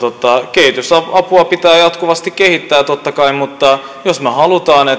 kehitysapua pitää jatkuvasti kehittää totta kai jos me haluamme